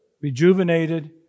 rejuvenated